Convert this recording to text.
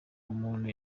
umuntu